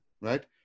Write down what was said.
right